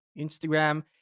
Instagram